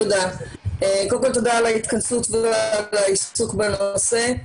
על ההתכנסות ועל העיסוק בנושא.